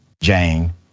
Jane